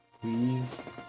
Please